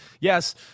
Yes